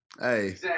Hey